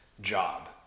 job